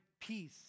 peace